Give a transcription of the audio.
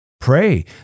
Pray